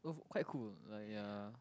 quite cool like ya